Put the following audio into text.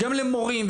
למורים,